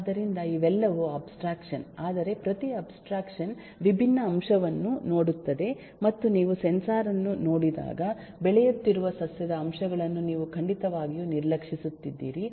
ಆದ್ದರಿಂದ ಇವೆಲ್ಲವೂ ಅಬ್ಸ್ಟ್ರಾಕ್ಷನ್ ಆದರೆ ಪ್ರತಿ ಅಬ್ಸ್ಟ್ರಾಕ್ಷನ್ ವಿಭಿನ್ನ ಅಂಶವನ್ನು ನೋಡುತ್ತದೆ ಮತ್ತು ನೀವು ಸೆನ್ಸಾರ್ ವನ್ನು ನೋಡಿದಾಗ ಬೆಳೆಯುತ್ತಿರುವ ಸಸ್ಯದ ಅಂಶಗಳನ್ನು ನೀವು ಖಂಡಿತವಾಗಿಯೂ ನಿರ್ಲಕ್ಷಿಸುತ್ತಿದ್ದೀರಿ